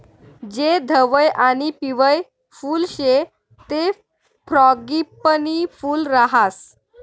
जे धवयं आणि पिवयं फुल शे ते फ्रॉगीपनी फूल राहास